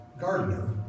gardener